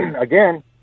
again